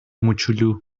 موچولو